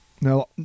Now